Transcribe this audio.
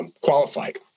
qualified